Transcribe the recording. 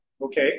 Okay